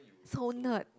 so nerd